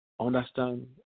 Understand